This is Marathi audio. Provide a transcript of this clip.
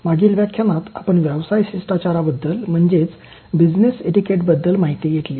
मागील व्याख्यानात आपण व्यवसाय शिष्टाचाराबद्दल माहिती घेतली